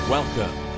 Welcome